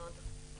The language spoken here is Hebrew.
הצבעה בעד, 5 נגד,